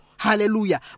Hallelujah